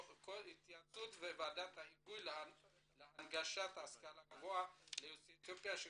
התייעצות בוועדת ההיגוי להנגשת השכלה גבוהה ליוצאי אתיופיה.